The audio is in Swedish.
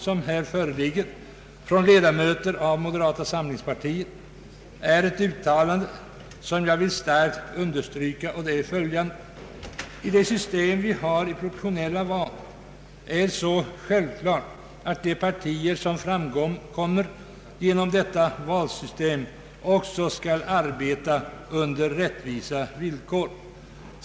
I den motion från ledamöter av moderata samlingspartiet som nu behandlas finns ett uttalande som jag starkt vill understryka: ”I det system vi har med proportionella val är det självklart att de partier som framkommer genom detta valsystem också skall arbeta under rättvisa villkor.